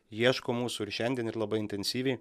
ieško mūsų ir šiandien ir labai intensyviai